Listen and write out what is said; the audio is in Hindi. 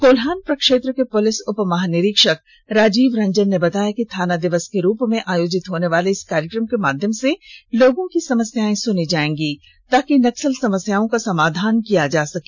कोल्हान प्रक्षेत्र के पुलिस उपमहानिरीक्षक राजीव रंजन ने बताया कि थाना दिवस के रूप में आयोजित होनेवाले इस कार्यक्रम के माध्यम से लोगों की समस्याएं सुनी जाएंगी ताकि नक्सल समस्याओं का समाधान किया जाए सके